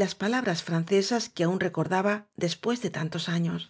las palabras francesas que aún recordaba des ñ pués de tantos años